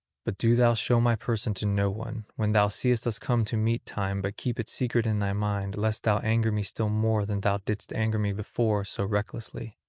but do thou show my person to no one, when thou seest us come to meet time, but keep it secret in thy mind, lest thou anger me still more than thou didst anger me before so recklessly.